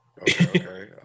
okay